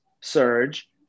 surge